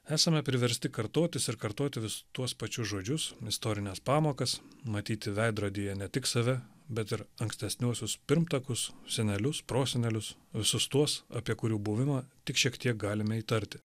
esame priversti kartotis ir kartoti vis tuos pačius žodžius istorines pamokas matyti veidrodyje ne tik save bet ir ankstesniuosius pirmtakus senelius prosenelius visus tuos apie kurių buvimą tik šiek tiek galime įtarti